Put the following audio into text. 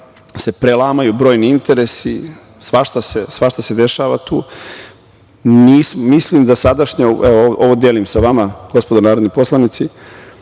prelamaju brojni interesi, svašta se dešava tu. Mislim da sadašnja, ovo delim sa vama, gospodo narodni poslanici,